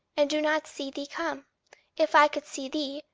and do not see thee come if i could see thee,